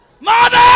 Mother